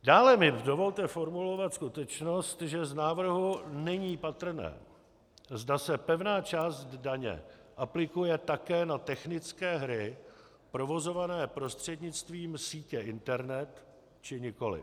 Dále mi dovolte formulovat skutečnost, že z návrhu není patrné, zda se pevná část daně aplikuje také na technické hry provozované prostřednictvím sítě internet, či nikoliv.